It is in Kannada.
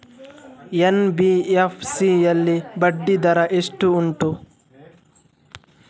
ಎನ್.ಬಿ.ಎಫ್.ಸಿ ಯಲ್ಲಿ ಬಡ್ಡಿ ದರ ಎಷ್ಟು ಉಂಟು?